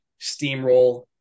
steamroll